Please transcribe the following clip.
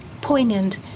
poignant